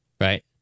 Right